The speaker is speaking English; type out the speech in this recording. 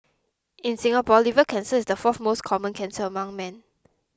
in Singapore liver cancer is the fourth most common cancer among men